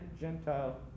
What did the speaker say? Gentile